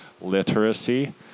literacy